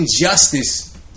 injustice